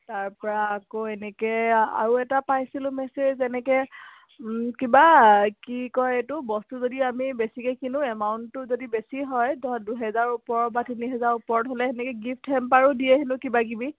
তাৰপৰা আকৌ এনেকে আৰু এটা পাইছিলোঁ মেছেজ এনেকে কিবা কি কয় এইটো বস্তু যদি আমি বেছিকে কিনো এমাউণ্টটো যদি বেছি হয় দুহেজাৰ ওপৰত বা তিনি হেজাৰ ওপৰত হ'লে সেনেকে গিফ্টহেম্পাৰো দিয়ে হেনো কিব কিবি